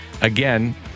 Again